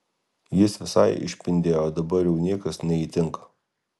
jis visai išpindėjo dabar jau niekas neįtinka